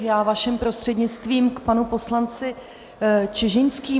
Já vaším prostřednictvím k panu poslanci Čižinskému.